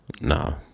No